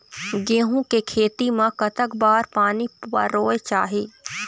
गेहूं के खेती मा कतक बार पानी परोए चाही?